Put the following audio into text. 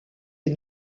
est